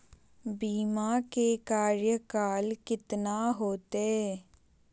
बीमा के कार्यकाल कितना होते?